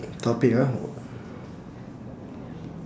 topic ah